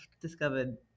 discovered